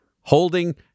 holding